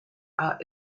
are